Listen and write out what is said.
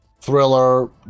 thriller